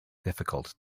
difficult